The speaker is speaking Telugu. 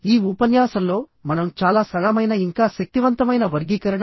అందరికి నమస్కారం